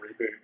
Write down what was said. reboot